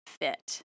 fit